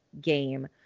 game